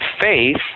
faith